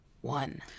one